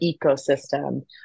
ecosystem